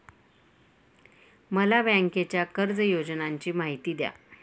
मला बँकेच्या कर्ज योजनांची माहिती द्या